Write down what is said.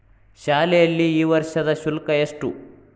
ಶಾಲೆಯಲ್ಲಿ ಈ ವರ್ಷದ ಶುಲ್ಕ ಎಷ್ಟು?